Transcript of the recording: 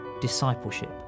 discipleship